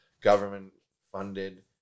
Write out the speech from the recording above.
government-funded